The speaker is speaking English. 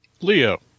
Leo